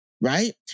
right